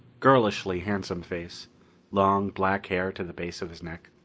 girlishly handsome face long, black hair to the base of his neck.